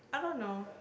I don't know